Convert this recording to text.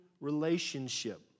relationship